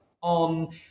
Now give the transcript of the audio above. on